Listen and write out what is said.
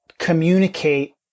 Communicate